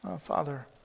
father